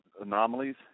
anomalies